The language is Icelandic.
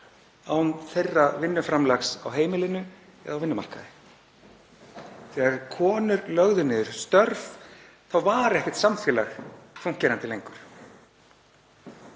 án þeirra vinnuframlags á heimilinu eða á vinnumarkaði. Þegar konur lögðu niður störf var ekkert samfélag fúnkerandi lengur.